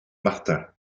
martin